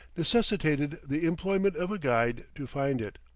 necessitated the employment of a guide to find it.